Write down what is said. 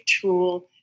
tool